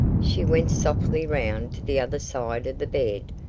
she went softly round to the other side of the bed,